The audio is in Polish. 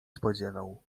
spodziewał